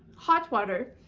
hot water,